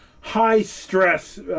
high-stress